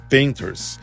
Painters